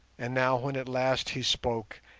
and now, when at last he spoke,